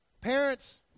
Parents